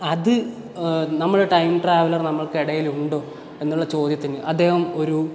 അത് നമ്മുടെ time traveller നമുക്ക് ഇടയിലുണ്ടോ എന്നുള്ള ചോദ്യത്തിന് അദ്ദേഹം ഒരു